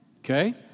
Okay